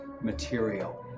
material